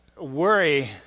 worry